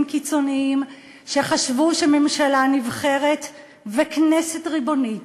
קיצוניים שחשבו שממשלה נבחרת וכנסת ריבונית